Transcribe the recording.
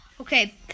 Okay